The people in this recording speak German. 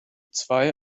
zwei